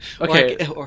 Okay